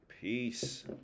Peace